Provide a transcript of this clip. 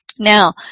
Now